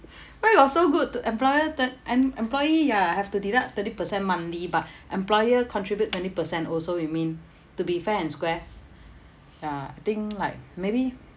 where got so good to employer th~ I'm employee ah have to deduct thirty percent monthly but employer contribute twenty percent also you mean to be fair and square ya I think like maybe